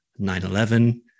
9-11